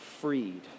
freed